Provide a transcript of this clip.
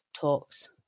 talks